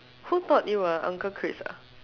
who taught you ah uncle Chris ah